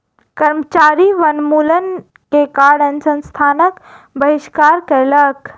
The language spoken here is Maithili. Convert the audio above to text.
कर्मचारी वनोन्मूलन के कारण संस्थानक बहिष्कार कयलक